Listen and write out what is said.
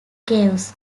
graves